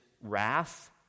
wrath